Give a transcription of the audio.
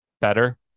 better